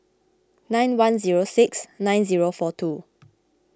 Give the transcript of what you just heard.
nine one zero six nine zero four two